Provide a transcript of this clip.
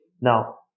Now